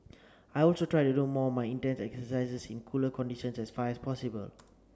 I also try to do more my intense exercises in cooler conditions as far as possible